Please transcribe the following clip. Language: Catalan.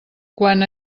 quan